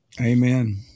Amen